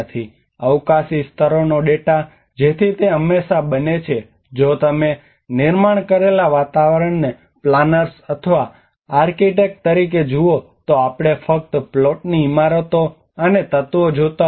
અવકાશી સ્તરોનો ડેટા જેથી તે હંમેશાં બને છે જો તમે નિર્માણ કરેલા વાતાવરણને પ્લાનર્સ અથવા આર્કિટેક્ટ તરીકે જુઓ તો આપણે ફક્ત પ્લોટની ઇમારતો અને તત્વો જોતા હોઈએ છીએ